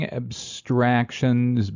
abstractions